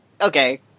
Okay